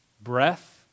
breath